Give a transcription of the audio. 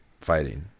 fighting